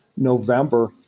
November